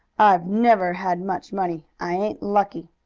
i've never had much money. i ain't lucky.